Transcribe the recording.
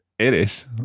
eres